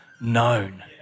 known